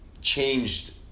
changed